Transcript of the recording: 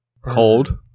Cold